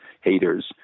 haters